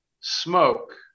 smoke